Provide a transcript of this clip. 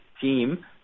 team